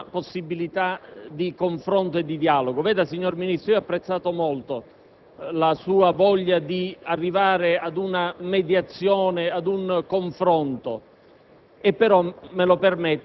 ma un'ultima possibilità di confronto e di dialogo. Signor Ministro, ho apprezzato molto la sua voglia di arrivare ad una mediazione, ad un confronto,